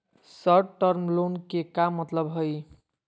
Short term loan के का मतलब हई?